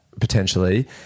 potentially